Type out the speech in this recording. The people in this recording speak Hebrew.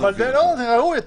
זה ראוי,